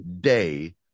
day